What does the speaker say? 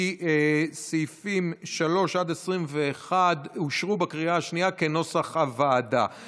כי סעיפים 3 21 כנוסח הוועדה אושרו בקריאה השנייה.